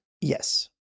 Yes